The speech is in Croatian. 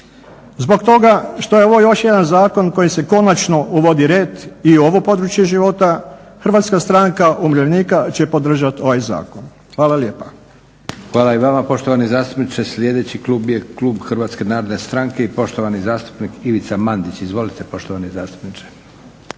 Zbog toga što je ovo još jedan zakon kojim se konačno uvodi red i u ovo područje života HSU će podržati ovaj zakon. Hvala lijepa.